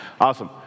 Awesome